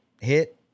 hit